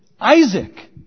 Isaac